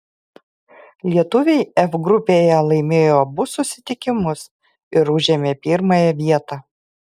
lietuviai f grupėje laimėjo abu susitikimus ir užėmė pirmąją vietą